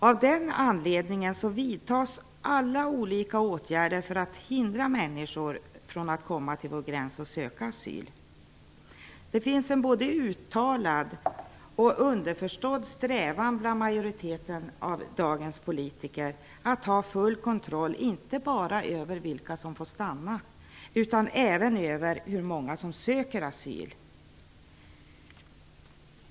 Av den anledningen vidtas alla olika åtgärder för att hindra människor från att komma till vår gräns och söka asyl. Det finns en både uttalad och underförstådd strävan bland majoriteten av dagens politiker att ha full kontroll över inte bara vilka som får stanna utan även över hur många som söker asyl.